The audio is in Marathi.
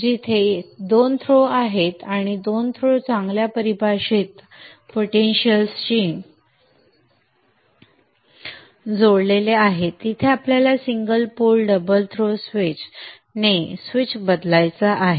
जिथे दोन थ्रो आहेत आणि दोन्ही थ्रो चांगल्या परिभाषित पोटेंशिअल्स शी जोडलेले आहेत तिथे आपल्याला single pole double throw switch ने स्विच बदलायचा आहे